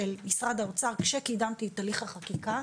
של משרד האוצר כאשר קידמתי את תהליך החקיקה.